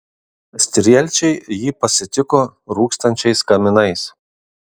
strielčiai jį pasitiko rūkstančiais kaminais